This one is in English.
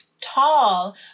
tall